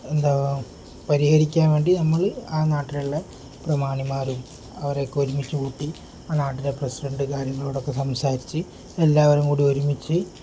എന്താണ് പരിഹരിക്കാൻ വേണ്ടി നമ്മൾ ആ നാട്ടിലുള്ള പ്രമാണിമാരും അവരൊക്കെ ഒരുമിച്ചു കൂട്ടി ആ നാടിൻ്റെ പ്രസിഡൻ്റ് കാര്യങ്ങളോടൊക്കെ സംസാരിച്ചു എല്ലാവരും കൂടി ഒരുമിച്ചു